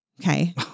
Okay